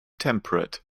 temperate